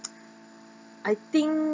I think